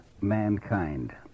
Mankind